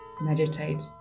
meditate